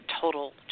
total